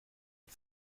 une